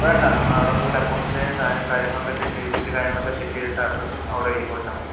വേണ്ട നമ്മൾ അവിടെ പോയിട്ട് അക്കൗണ്ട്സിലെ സാധനം കാര്യങ്ങളൊക്കെ സെറ്റ് ചെയ്ത് ബില്ലും കാര്യങ്ങളൊക്കെ സെറ്റ് ചെയ്തിട്ട് അഡ്രസ്സും അവിടെ എഴുതി കൊടുത്താൽ മതി